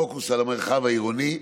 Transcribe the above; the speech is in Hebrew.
פוקוס על המרחב העירוני,